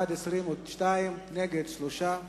בעד, 22, נגד, 3,